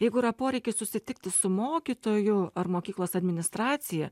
jeigu yra poreikis susitikti su mokytoju ar mokyklos administracija